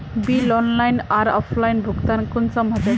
Bill online आर offline भुगतान कुंसम होचे?